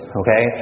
okay